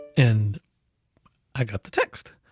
and i got the text.